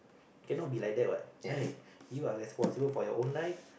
cannot be like that what right you are responsible for your own life